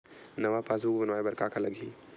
नवा पासबुक बनवाय बर का का लगही?